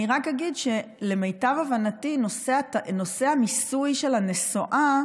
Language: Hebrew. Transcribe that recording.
אני רק אגיד שלמיטב הבנתי, נושא המיסוי של הנסועה